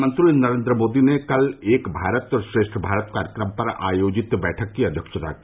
प्रधानमंत्री नरेन्द्र मोदी ने कल एक भारत श्रेष्ठ भारत कार्यक्रम पर आयोजित बैठक की अध्यक्षता की